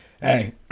hey